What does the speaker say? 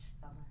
summer